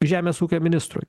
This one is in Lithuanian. žemės ūkio ministrui